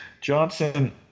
Johnson